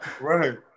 Right